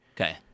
Okay